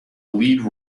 lead